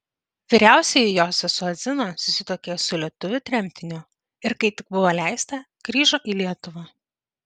vyriausioji jos sesuo zina susituokė su lietuviu tremtiniu ir kai tik buvo leista grįžo į lietuvą